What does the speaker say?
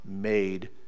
made